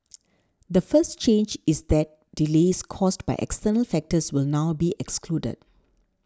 the first change is that delays caused by external factors will now be excluded